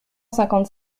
cinquante